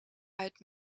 uit